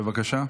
בבקשה.